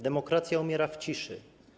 Demokracja umiera w ciszy.